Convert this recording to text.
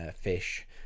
fish